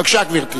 בבקשה, גברתי.